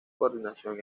coordinación